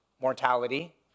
mortality